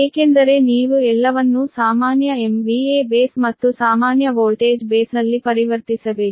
ಏಕೆಂದರೆ ನೀವು ಎಲ್ಲವನ್ನೂ ಸಾಮಾನ್ಯ MVA ಬೇಸ್ ಮತ್ತು ಸಾಮಾನ್ಯ ವೋಲ್ಟೇಜ್ ಬೇಸ್ನಲ್ಲಿ ಪರಿವರ್ತಿಸಬೇಕು